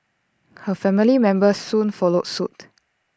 her family members soon followed suit